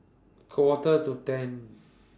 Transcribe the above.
Quarter to ten